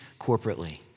corporately